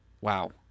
wow